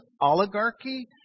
oligarchy